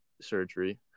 surgery